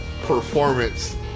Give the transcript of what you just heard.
performance